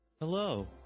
Hello